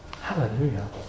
Hallelujah